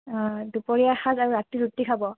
দুপৰীয়া সাঁজ আৰু ৰাতি ৰুটি খাব